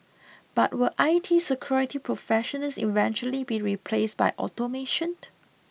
but will I T security professionals eventually be replaced by automation